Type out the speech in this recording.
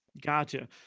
Gotcha